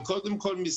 וקודם כל,